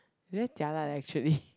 very jialat actually